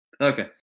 Okay